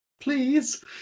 please